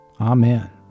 Amen